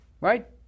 right